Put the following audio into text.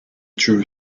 true